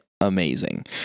amazing